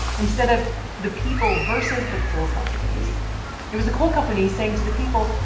instead of the people versus the coal companies it was the coal companies saying to the people,